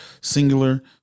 singular